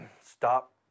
stop